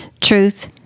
truth